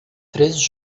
três